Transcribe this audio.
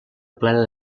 plena